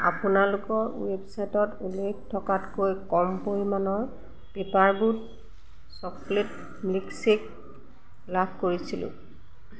আপোনালোকৰ ৱেবচাইটত উল্লেখ থকাতকৈ কম পৰিমাণৰ paper boat chocolate milk shake লাভ কৰিছিলোঁ